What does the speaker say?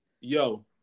Yo